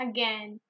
Again